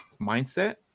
mindset